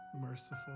merciful